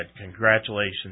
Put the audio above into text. Congratulations